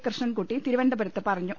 കൃ ഷ്ണൻകുട്ടി തിരുവനന്തപുരത്ത് പറഞ്ഞു